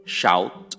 shout